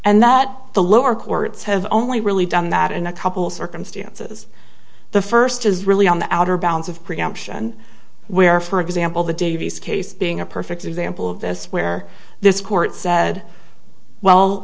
and that the lower courts have only really done that in a couple circumstances the first is really on the outer bounds of preemption where for example the davies case being a perfect example of this where this court said well